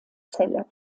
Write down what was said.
celle